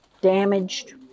damaged